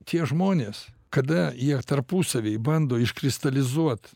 tie žmonės kada jie tarpusavy bando iškristalizuot